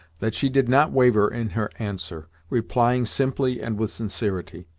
that she did not waver in her answer, replying simply and with sincerity.